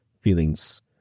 feelings